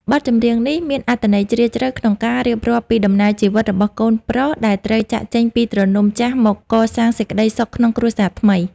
បទចម្រៀងនេះមានអត្ថន័យជ្រាលជ្រៅក្នុងការរៀបរាប់ពីដំណើរជីវិតរបស់កូនប្រុសដែលត្រូវចាកចេញពីទ្រនំចាស់មកកសាងសេចក្តីសុខក្នុងគ្រួសារថ្មី។